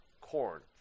Corn